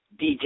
DJ